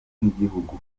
nk’igihugu